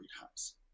house